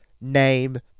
name